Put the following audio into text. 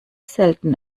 selten